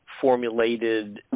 formulated